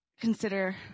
consider